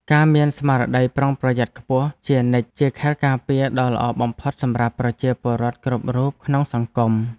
ការមានស្មារតីប្រុងប្រយ័ត្នខ្ពស់ជានិច្ចជាខែលការពារដ៏ល្អបំផុតសម្រាប់ប្រជាពលរដ្ឋគ្រប់រូបក្នុងសង្គម។